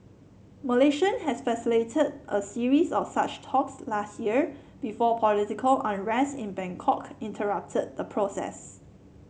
Malaysia has facilitated a series of such talks last year before political unrest in Bangkok interrupted the process